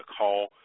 call